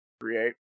create